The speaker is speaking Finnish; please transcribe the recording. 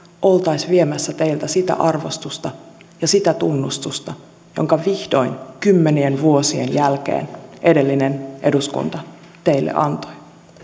olisi viemässä teiltä sitä arvostusta ja sitä tunnustusta jonka vihdoin kymmenien vuosien jälkeen edellinen eduskunta teille antoi